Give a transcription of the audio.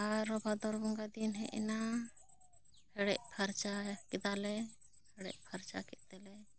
ᱟᱨᱦᱚᱸ ᱵᱷᱟᱫᱚᱨ ᱵᱚᱸᱜᱟ ᱫᱤᱱ ᱦᱮᱡ ᱮᱱᱟ ᱦᱮᱸᱲᱮᱫ ᱯᱷᱟᱨᱪᱟ ᱠᱮᱫᱟ ᱞᱮ ᱦᱮᱸᱲᱮᱫ ᱯᱷᱟᱨᱪᱟ ᱠᱮᱫ ᱛᱮᱞᱮ